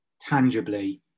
tangibly